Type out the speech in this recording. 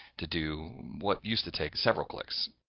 to do what used to take several clicks.